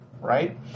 right